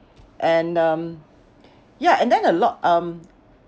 and um ya and then a lot um